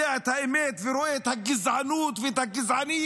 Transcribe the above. את האמת ורואה את הגזענות ואת הגזענים